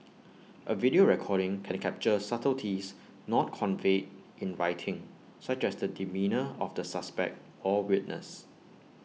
A video recording can capture A subtleties not conveyed in writing such as the demeanour of the suspect or witness